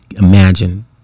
imagine